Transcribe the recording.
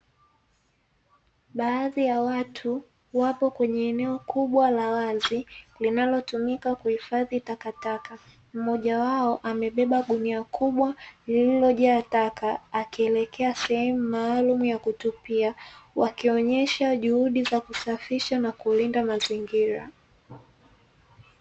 Baadhi ya watu wapo kwenye eneo kubwa la wazi, linalo tumika kuhifadhi takataka mmoja wao amebeba gunia kubwa lililojaa taka, akielekea sehemu maalumu ya kutupia wakionyesha juhudi za kusafisha na kulinda mazingira.